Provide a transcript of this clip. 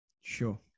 Sure